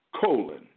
colon